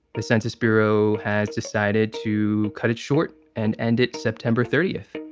the census bureau has decided to cut it short and ended september thirty yeah